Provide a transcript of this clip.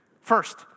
First